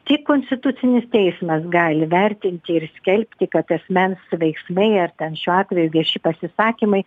tik konstitucinis teismas gali vertinti ir skelbti kad asmens veiksmai ar ten šiuo atveju vieši pasisakymai